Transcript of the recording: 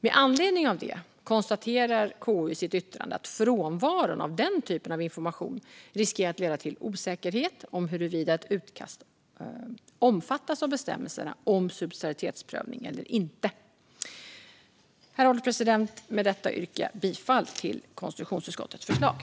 Med anledning av det konstaterar KU i sitt yttrande att frånvaron av den typen av information riskerar att leda till en osäkerhet om huruvida ett utkast omfattas av bestämmelserna om subsidiaritetsprövning eller inte. Herr ålderspresident! Med detta yrkar jag bifall till konstitutionsutskottets förslag.